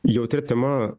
jautria tema